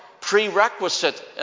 prerequisite